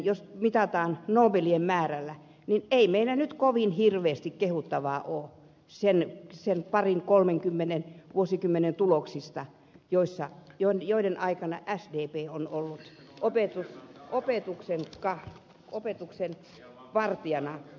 jos sitä mitataan nobelien määrällä niin ei meillä nyt kovin hirveästi kehuttavaa ole niiden parin kolmen vuosikymmenen tuloksissa joiden aikana sdp on ollut opetuksen vartijana